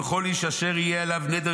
וכל איש אשר יהיה עליו נדר,